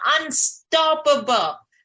unstoppable